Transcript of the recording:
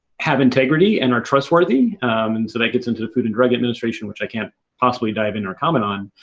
have integrity and are trustworthy, and so that gets into the food and drug administration, which i can't possibly dive in or comment on,